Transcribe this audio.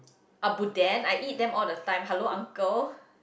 abuden I eat them all the time hello uncle